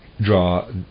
draw